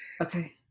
Okay